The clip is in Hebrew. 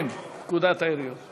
ההצעה להעביר את הצעת חוק דמי